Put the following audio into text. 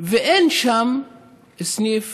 ואין שם סניף